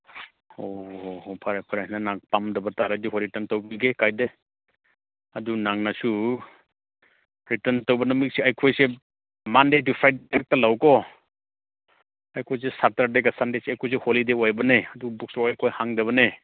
ꯑꯣ ꯍꯣꯏ ꯐꯔꯦ ꯐꯔꯦ ꯅꯪꯅ ꯄꯥꯝꯗꯕ ꯇꯥꯔꯗꯤ ꯍꯣꯏ ꯔꯤꯇꯔꯟ ꯇꯧꯕꯤꯒꯦ ꯀꯥꯏꯗꯦ ꯑꯗꯨ ꯅꯪꯅꯁꯨ ꯔꯤꯇꯔꯟ ꯇꯧꯕ ꯅꯨꯃꯤꯠꯁꯦ ꯑꯩꯈꯣꯏꯁꯦ ꯃꯟꯗꯦ ꯇꯨ ꯐ꯭ꯔꯥꯏꯗꯦꯗ ꯍꯦꯛꯇ ꯂꯥꯛꯎꯀꯣ ꯑꯩꯈꯣꯏꯁꯦ ꯁꯥꯇꯔꯗꯦ ꯁꯟꯗꯦꯁꯦ ꯑꯩꯈꯣꯏꯁꯨ ꯍꯣꯂꯤꯗꯦ ꯑꯣꯏꯕꯅꯦ ꯑꯗꯨ ꯕꯨꯛꯁꯇꯣꯔ ꯑꯩꯈꯣꯏ ꯍꯥꯡꯗꯕꯅꯦ